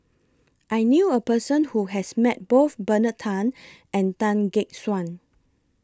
I knew A Person Who has Met Both Bernard Tan and Tan Gek Suan